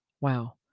Wow